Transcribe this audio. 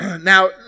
Now